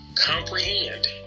comprehend